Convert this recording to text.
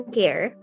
care